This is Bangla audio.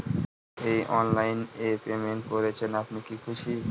এই অনলাইন এ পেমেন্ট করছেন আপনি কি খুশি?